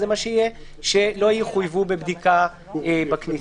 שלא יחויבו בבדיקה בכניסה.